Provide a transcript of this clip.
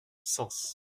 sens